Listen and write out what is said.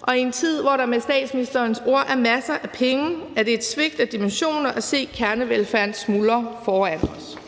og i en tid, hvor der med statsministerens ord er masser af penge, er det et svigt af dimensioner at se kernevelfærden smuldre foran os.